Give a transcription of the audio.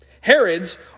Herods